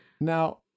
Now